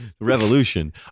Revolution